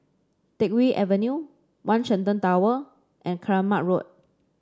Teck Whye Avenue One Shenton Tower and Keramat Road